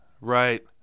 Right